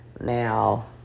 Now